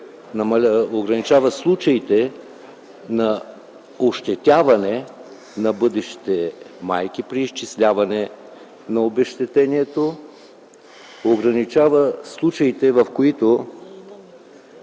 ограничава случаите на ощетяване на бъдещите майки при изчисляване на обезщетението, ограничава случаите, в които